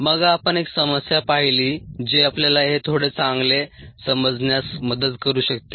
मग आपण एक समस्या पाहिली जी आपल्याला हे थोडे चांगले समजण्यास मदत करू शकते